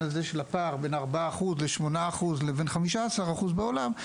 הזה של הפער בין 4% ל-8% לבין 15% בעולם,